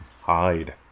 Hide